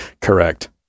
correct